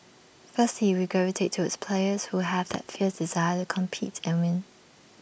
firstly we gravitate towards players who have that fierce desire to compete and win